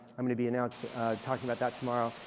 um and be and and so talking about that tomorrow.